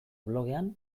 blogean